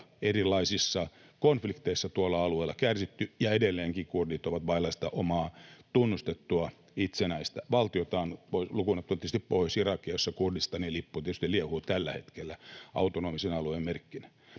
erilaisissa konflikteissa tuolla alueella kärsitty, ja edelleenkin kurdit ovat vailla sitä omaa tunnustettua itsenäistä valtiotaan — lukuun ottamatta tietysti Pohjois-Irakia, jossa Kurdistanin lippu liehuu tällä hetkellä autonomisen alueen merkkinä.